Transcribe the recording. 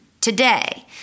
today